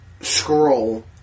scroll